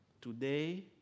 Today